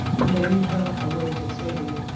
and they lead her away to slavery,